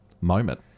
moment